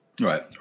Right